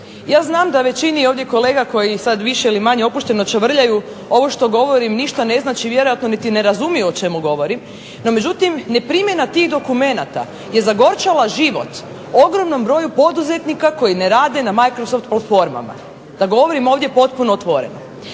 Ja znam da većini ovdje kolega koji sada više ili manje opušteno čavrljaju ovo što govorim ništa ne znači vjerojatno niti ne razumiju o čemu govorim. No međutim ne primjena tih dokumenta je zagorčala život ogromnom broju poduzetnika koji ne rade na microsoft ... da govorim ovdje potpuno otvoreno.